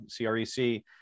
CREC